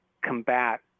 combat